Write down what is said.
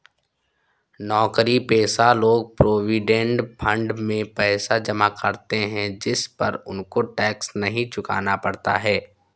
नौकरीपेशा लोग provident fund में पैसा जमा करते है जिस पर उनको टैक्स नहीं चुकाना पड़ता